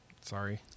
Sorry